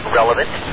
relevant